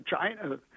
China